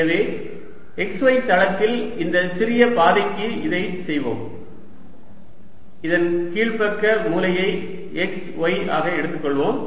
எனவே xy தளத்தில் இந்த சிறிய பாதைக்கு இதைச் செய்வோம் இதன் கீழ்ப்பக்க மூலையை x y ஆக எடுத்துக்கொள்வோம்